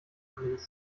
anderes